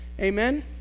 Amen